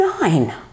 Nine